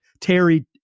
Terry